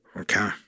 Okay